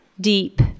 deep